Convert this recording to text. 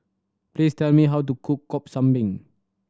please tell me how to cook cop kambing